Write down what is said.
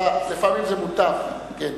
לפעמים זה מותר, כן.